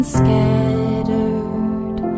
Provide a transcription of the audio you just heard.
scattered